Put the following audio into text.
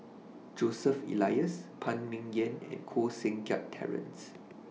Joseph Elias Phan Ming Yen and Koh Seng Kiat Terence